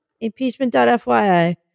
Impeachment.fyi